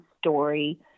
story